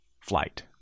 flight